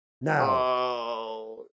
Now